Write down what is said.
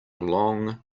long